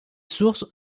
sources